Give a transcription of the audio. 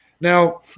Now